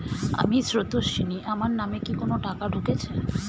আমি স্রোতস্বিনী, আমার নামে কি কোনো টাকা ঢুকেছে?